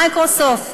"מיקרוסופט",